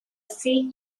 feat